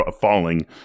falling